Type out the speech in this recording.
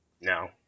No